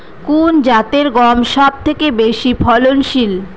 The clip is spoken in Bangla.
কোন জাতের গম সবথেকে বেশি ফলনশীল?